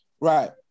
Right